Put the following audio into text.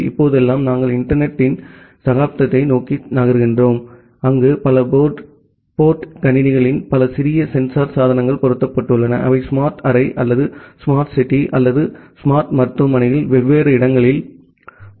இப்போதெல்லாம் நாங்கள் இன்டர்நெட் த்தின் சகாப்தத்தை நோக்கி நகர்கிறோம் அங்கு பல போர்டு கணினிகளில் பல சிறிய சென்சார் சாதனங்கள் பொருத்தப்பட்டுள்ளன அவை ஸ்மார்ட் அறை அல்லது ஸ்மார்ட் சிட்டி அல்லது ஸ்மார்ட் மருத்துவமனையில் வெவ்வேறு இடங்களில் பொருத்தப்பட்டுள்ளன